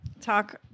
talk